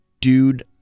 dude